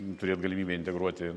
turėt galimybę integruoti